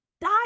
die